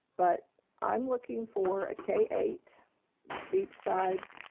but i'm looking for a k eight beach side